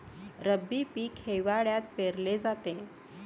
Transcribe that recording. रब्बी पीक हिवाळ्यात पेरले जाते